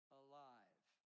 alive